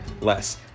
less